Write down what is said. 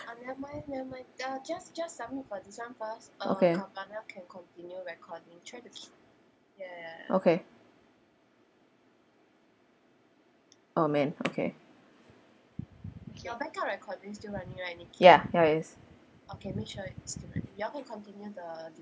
okay okay oh man okay ya ya ya is